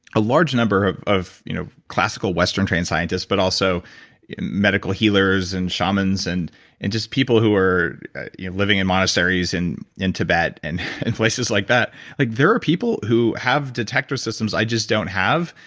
a large number of of you know classical, western-trained scientists, but also medical healers and shamans and and just people who are living in monasteries in in tibet and and places like that like there are people who have detector systems i just don't have,